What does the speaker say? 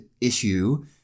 issue